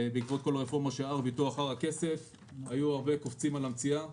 בעקבות הרפורמה של הר הביטוח והר הכסף היו הרבה קופצים על המציאה.